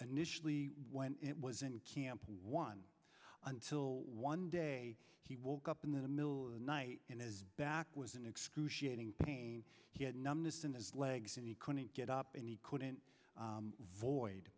initially when it was in camp one until one day he woke up in the middle of the night and his back was in excruciating pain he had numbness in his legs and he couldn't get up and he couldn't void